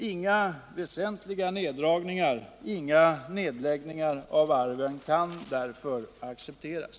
Inga väsentliga neddragningar och inga nedläggningar av varven kan därför accepteras.